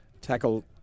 tackle